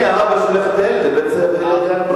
האבא שולח את הילד לגן פרטי.